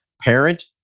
parent